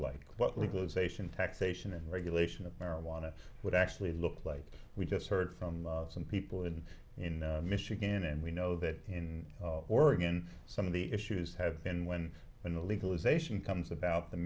like what legalization taxation and regulation of marijuana would actually look like we just heard from some people in in michigan and we know that in oregon some of the issues have been when when the legalization comes about the